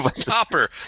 Stopper